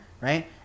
right